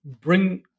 bring